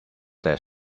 their